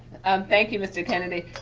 and thank you, mr. kennedy.